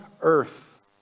earth